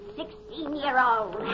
sixteen-year-old